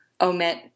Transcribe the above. omit